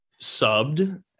subbed